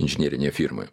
inžinerinei firmai